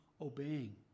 obeying